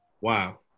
Wow